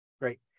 Great